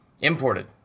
Imported